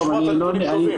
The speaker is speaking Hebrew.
אני אשמח לשמוע את הדברים.